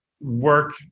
work